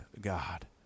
God